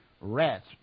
rats